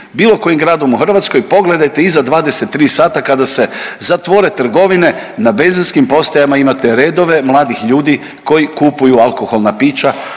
bilo kojim gradom u Hrvatskoj, pogledajte iza 23 sata kada se zatvore trgovine na benzinskim postajama imate redove mladih ljudi koji kupuju alkoholna pića,